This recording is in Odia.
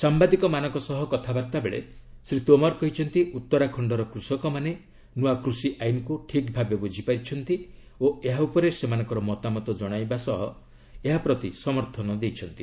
ସାମ୍ବାଦିକମାନଙ୍କ ସହ କଥାବାର୍ତ୍ତାବେଳେ ଶ୍ରୀ ତୋମର କହିଛନ୍ତି ଉତ୍ତରାଖଣର କୃଷକମାନେ ନୂଆ କୃଷି ଆଇନକୁ ଠିକ୍ ଭାବେ ବୁଝିପାରିଛନ୍ତି ଓ ଏହା ଉପରେ ସେମାନଙ୍କର ମତାମତ କ୍ଜଣାଇବା ସହ ଏହା ପ୍ରତି ସମର୍ଥନ ଜଣାଇଛନ୍ତି